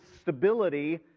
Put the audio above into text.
stability